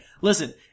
listen